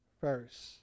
first